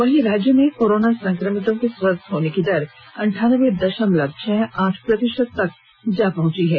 वहीं राज्य में कोरोना संक्रमितों के स्वस्थ होने की दर अंठानब्बे दषमलव छह आठ प्रतिशत तक जा पहंची है